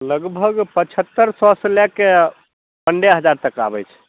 लगभग पच्चहत्तरि सए से लैके पन्द्रह हजार तक के आबै छै